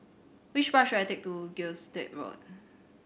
which bus should I take to Gilstead Road